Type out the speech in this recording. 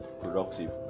productive